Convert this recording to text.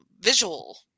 visual